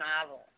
novel